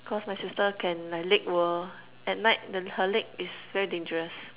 cause my sister can like leg whirl at night the her leg is very dangerous